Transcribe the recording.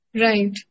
Right